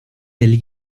del